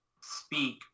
speak